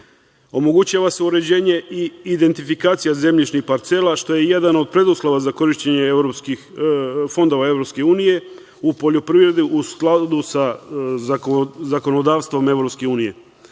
Omogućava se uređenje i identifikacija zemljišnih parcela, što je jedan od preduslova za korišćenje fondova Evropske unije u poljoprivredu u skladu sa zakonodavstvom